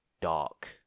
dark